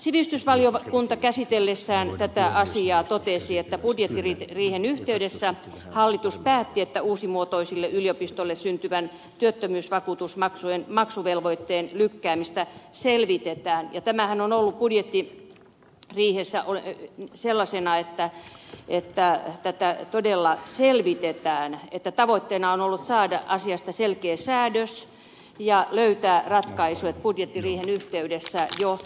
sivistysvaliokunta käsitellessään tätä asiaa totesi että budjettiriihen yhteydessä hallitus päätti että uusimuotoisille yliopistoille syntyvän työttömyysvakuutusmaksujen maksuvelvoitteen lykkäämistä selvitetään ja tämähän on ollut budjettiriihessä sellaisena että tätä todella selvitetään että tavoitteena on ollut saada asiasta selkeä säädös ja löytää ratkaisu siis budjettiriihen yhteydessä jo